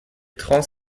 trans